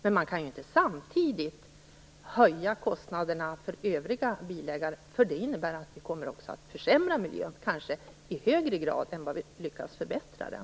Men man kan inte samtidigt höja kostnaderna för övriga bilägare, för det innebär att vi kommer att försämra miljön kanske i högre grad än vi lyckas förbättra den.